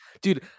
dude